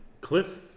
Cliff